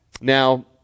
Now